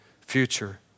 future